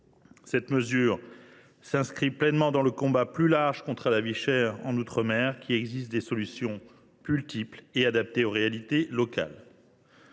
Cette disposition s’inscrit pleinement dans le combat plus large mené contre la vie chère en outre mer, qui exige des solutions multiples et adaptées aux réalités locales.